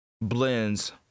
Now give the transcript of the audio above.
blends